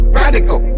radical